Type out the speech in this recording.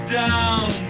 down